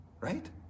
Right